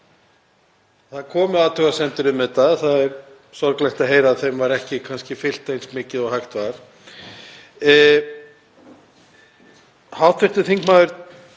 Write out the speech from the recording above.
það komu athugasemdir um þetta. Það er sorglegt að heyra að þeim var ekki fylgt eftir eins mikið og hægt var. Hv. þingmaður